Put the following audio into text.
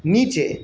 নিচে